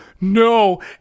No